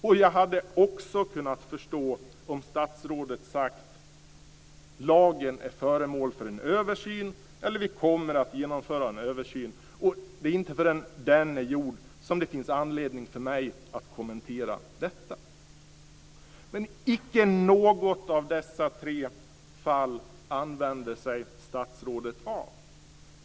Vidare hade jag kunnat förstå om ministern hade sagt att lagen är föremål för en översyn eller att man kommer att genomföra en översyn och att det är först när en sådan är gjord som det finns anledning för honom att kommentera detta. Icke något av dessa tre fall använder sig ministern av.